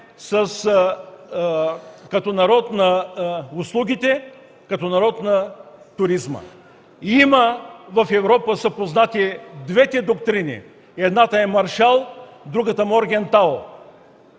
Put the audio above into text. като народ на услугите, като народ на туризма. В Европа са познати двете доктрини. Едната е „Маршал”, а другата „Моргентал”.